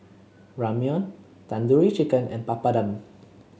Ramyeon Tandoori Chicken and Papadum